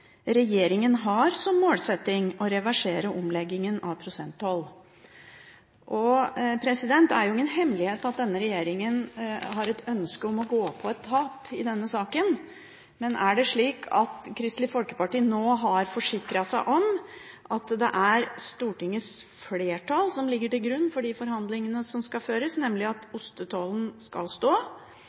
Regjeringen har som målsetting å reversere omleggingen til prosenttoll.» Det er ingen hemmelighet at denne regjeringen har et ønske om å gå på et tap i denne saken. Er det slik at Kristelig Folkeparti nå har forsikret seg om at det er Stortingets flertall som ligger til grunn for de forhandlingene som skal føres, nemlig at ostetollen skal